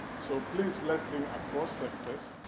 so, please let's think across sectors,